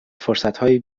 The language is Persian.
فرصتهای